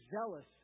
zealous